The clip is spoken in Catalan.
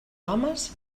homes